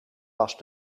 was